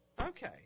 Okay